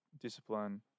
discipline